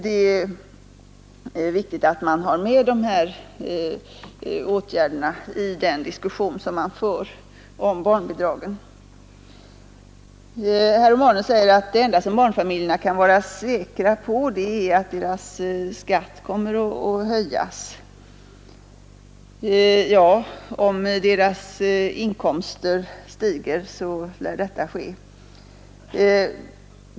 Det är viktigt att man har med dessa åtgärder i den diskussion som man för om barnbidragen. Herr Romanus säger att det enda som barnfamiljerna kan vara säkra på är att deras skatt kommer att höjas. Ja, om deras inkomster stiger lär detta ske.